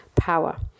Power